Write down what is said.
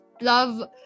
love